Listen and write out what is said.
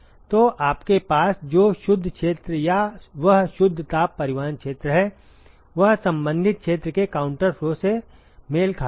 तो आपके पास जो शुद्ध क्षेत्र या वह शुद्ध ताप परिवहन क्षेत्र है वह संबंधित क्षेत्र के काउंटर फ्लो से मेल खाता है